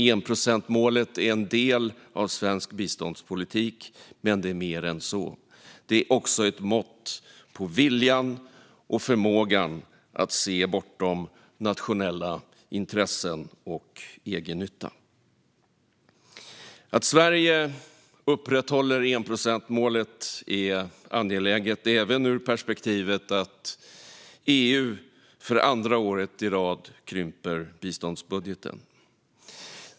Enprocentsmålet är en del av svensk biståndspolitik, men det är mer än så. Det är också ett mått på viljan och förmågan att se bortom nationella intressen och egennytta. Att Sverige upprätthåller enprocentsmålet är angeläget även ur perspektivet att EU för andra året i rad krymper biståndsbudgeten.